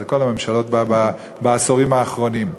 זה כל הממשלות בעשורים האחרונים.